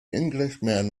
englishman